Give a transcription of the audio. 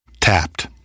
Tapped